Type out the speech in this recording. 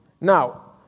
Now